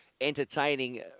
entertaining